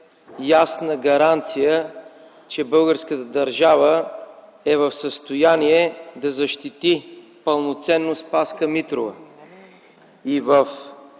ясна гаранция, че българската държава е в състояние да защити пълноценно Спаска Митрова.